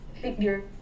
figure